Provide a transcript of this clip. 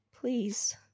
Please